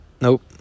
nope